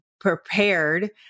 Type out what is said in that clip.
prepared